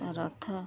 ରଥ